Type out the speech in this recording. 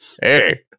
Hey